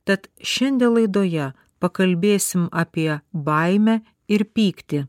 tad šiandie laidoje pakalbėsim apie baimę ir pyktį